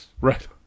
Right